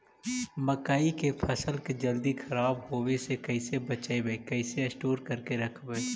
मकइ के फ़सल के जल्दी खराब होबे से कैसे बचइबै कैसे स्टोर करके रखबै?